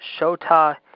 Shota